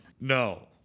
no